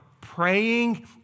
praying